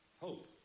hope